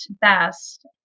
best